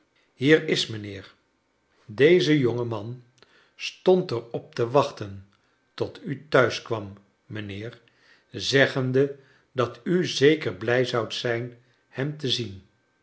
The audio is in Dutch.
hier is mijnheer deze jonge man stond er op te wachten tot u thuis kwam mijnheer zeggende dat u zeker blij zoudt zijn hem te zien